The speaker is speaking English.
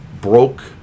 broke